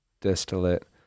distillate